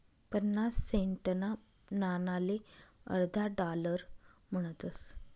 पन्नास सेंटना नाणाले अर्धा डालर म्हणतस